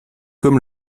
comme